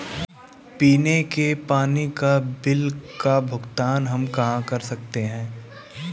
पीने के पानी का बिल का भुगतान हम कहाँ कर सकते हैं?